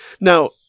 Now